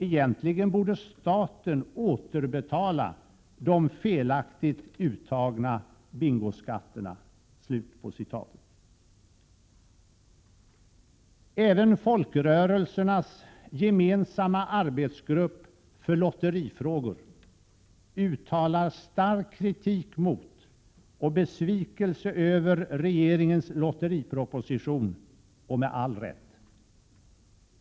Egentligen 143 borde staten återbetala de felaktigt uttagna bingoskatterna.” Även folkrörelsernas gemensamma arbetsgrupp för lotterifrågor uttalar stark kritik mot och besvikelse över regeringens lotteriproposition — och med all rätt.